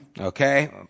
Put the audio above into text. Okay